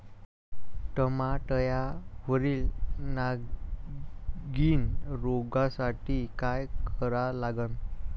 टमाट्यावरील नागीण रोगसाठी काय करा लागन?